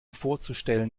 vorzustellen